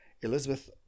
Elizabeth